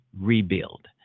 rebuild